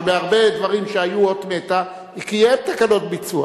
שבהרבה דברים שהיו אות מתה הוא קיים תקנות ביצוע.